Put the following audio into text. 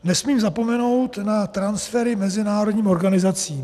Nesmím zapomenout na transfery mezinárodním organizacím.